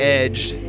edged